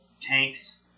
tanks